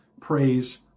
praise